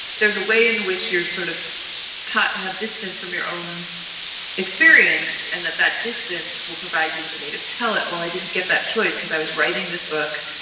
there's a way in which you're sort of taught to have distance from your own experience. and that that distance will provide you with a way to tell it. well, i didn't get that choice because i was writing this book.